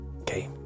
Okay